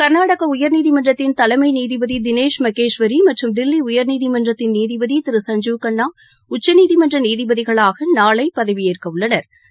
கர்நாடக உயர்நீதிமன்றத்தின் தலைமை நீதிபதி தினேஷ் மகேஸ்வரி மற்றும் தில்லி உயா்நீதிமன்றத்தின் நீதிபதி திரு சஞ்ஜீவ் கன்னா உச்சநீதிமன்ற நீதிபதிகளாக நாளை பதவியேற்கவுள்ளனா்